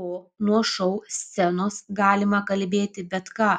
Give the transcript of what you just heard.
o nuo šou scenos galima kalbėti bet ką